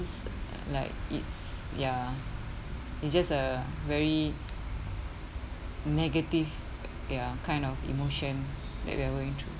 like it's ya it's just a very negative ya kind of emotion that we're going through